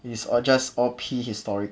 this is just all prehistoric